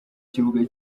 kibuga